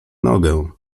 nogę